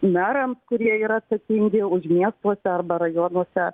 merams kurie yra atsakingi už miestuose arba rajonuose